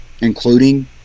including